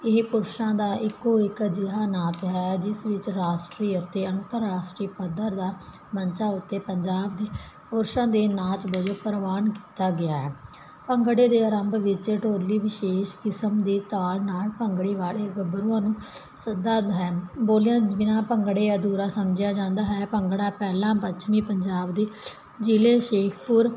ਇਹ ਪੁਰਸ਼ਾਂ ਦਾ ਇੱਕੋ ਇੱਕ ਅਜਿਹਾ ਨਾਚ ਹੈ ਜਿਸ ਵਿੱਚ ਰਾਸ਼ਟਰੀ ਅਤੇ ਅੰਤਰਰਾਸ਼ਟਰੀ ਪੱਧਰ ਦੇ ਮੰਚਾਂ ਉੱਤੇ ਪੰਜਾਬ ਦੇ ਪੁਰਸ਼ਾਂ ਦੇ ਨਾਚ ਵਜੋਂ ਪ੍ਰਵਾਨ ਕੀਤਾ ਗਿਆ ਹੈ ਭੰਗੜੇ ਦੇ ਆਰੰਭ ਵਿੱਚ ਢੋਲੀ ਵਿਸ਼ੇਸ਼ ਕਿਸਮ ਦੇ ਤਾਲ ਨਾਲ ਭੰਗੜੇ ਵਾਲੇ ਗੱਭਰੂਆਂ ਨੂੰ ਸੱਦਾ ਦਿੰਦਾ ਹੈ ਬੋਲੀਆਂ ਬਿਨਾਂ ਭੰਗੜੇ ਅਧੂਰਾ ਸਮਝਿਆ ਜਾਂਦਾ ਹੈ ਭੰਗੜਾ ਪਹਿਲਾਂ ਪੱਛਮੀ ਪੰਜਾਬ ਦੇ ਜ਼ਿਲ੍ਹੇ ਸ਼ੇਖਪੁਰ